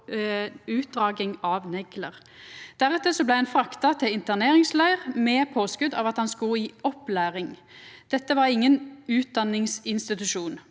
og utdraging av neglar. Deretter blei han frakta til interneringsleir under påskot av at han skulle i opplæring. Dette var ingen utdanningsinstitusjon.